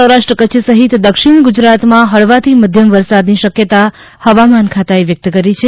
Saurashtra Kutch સહિત દક્ષિણ ગુજરાતમાં હળવાથી મધ્યમ વરસાદની શક્યતા હવામાન ખાતાએ વ્યક્ત કરી છે